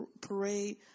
parade